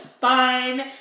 fun